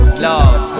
love